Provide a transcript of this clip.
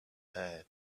had